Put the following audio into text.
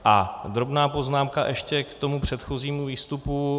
A drobná poznámka ještě k předchozímu výstupu.